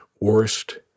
worst